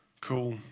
cool